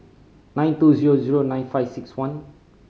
nine two zero zero nine five six one